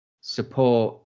support